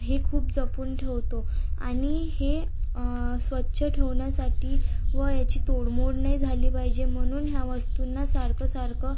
हे खूप जपून ठेवतो आणि हे स्वच्छ ठेवण्यासाठी व याची तोडमोड नाही झाली पाहिजे म्हणून या वस्तूंना सारखंसारखं